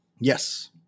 yes